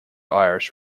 irish